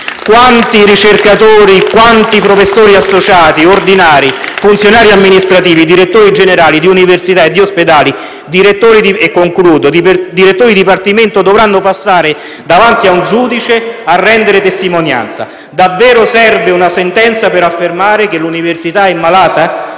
Quanti ricercatori, professori associati e ordinari, funzionari amministrativi, direttori generali di università e di ospedali e direttori di dipartimento dovranno passare davanti a un giudice a rendere testimonianza? Davvero serve una sentenza per affermare che l'università è malata?